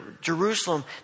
Jerusalem